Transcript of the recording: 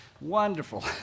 Wonderful